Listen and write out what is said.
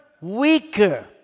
weaker